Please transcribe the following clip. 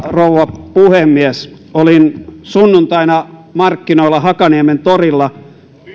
rouva puhemies olin sunnuntaina markkinoilla hakaniementorilla